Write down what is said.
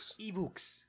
Ebooks